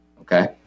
Okay